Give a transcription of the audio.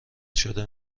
شده